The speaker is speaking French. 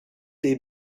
des